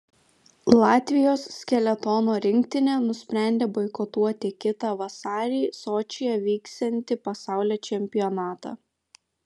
latvijos skeletono rinktinė nusprendė boikotuoti kitą vasarį sočyje vyksiantį pasaulio čempionatą